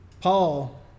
Paul